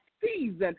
Season